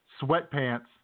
sweatpants